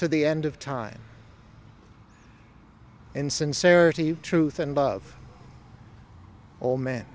to the end of time and sincerity truth and love all man